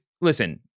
listen